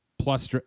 Plus